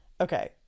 okay